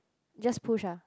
just push ah